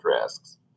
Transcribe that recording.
risks